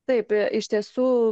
taip iš tiesų